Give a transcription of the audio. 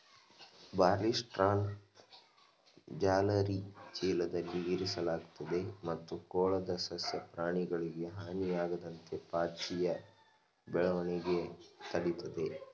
ಬಾರ್ಲಿಸ್ಟ್ರಾನ ಜಾಲರಿ ಚೀಲದಲ್ಲಿ ಇರಿಸಲಾಗ್ತದೆ ಮತ್ತು ಕೊಳದ ಸಸ್ಯ ಪ್ರಾಣಿಗಳಿಗೆ ಹಾನಿಯಾಗದಂತೆ ಪಾಚಿಯ ಬೆಳವಣಿಗೆ ತಡಿತದೆ